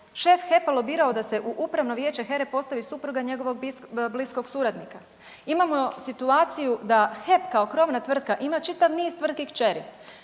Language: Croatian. šef HEP-a lobirao da se u upravno vijeće HERA-e postavi supruga njegovog bliskog suradnika. Imamo situaciju da HEP kao krovna tvrtka ima čitav niz tvrtki kćeri